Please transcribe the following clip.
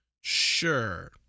Sure